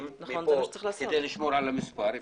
את העוזרים שלנו כדי לשמור על המספר.